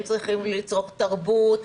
הם צריכים לצרוך תרבות,